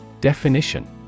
Definition